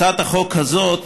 הצעת החוק הזאת